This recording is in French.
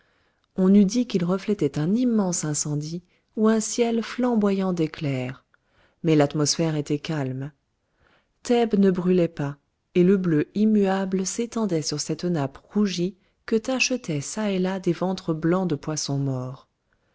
on eût dit qu'il reflétait un immense incendie ou un ciel flamboyant d'éclairs mais l'atmosphère était calme thèbes ne brûlait pas et le bleu immuable s'étendait sur cette nappe rougie que tachetaient ça et là des ventres blancs de poissons morts